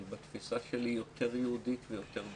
אבל בתפיסה שלי יותר יהודית ויותר דמוקרטית.